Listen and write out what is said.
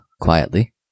quietly